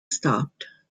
stopped